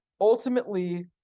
Ultimately